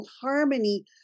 harmony